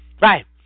Right